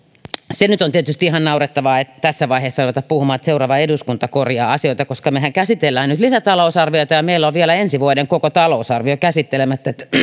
se nyt on tietysti ihan naurettavaa tässä vaiheessa ruveta puhumaan että seuraava eduskunta korjaa asioita koska mehän käsittelemme nyt lisätalousarviota ja meillä on vielä ensi vuoden koko talousarvio käsittelemättä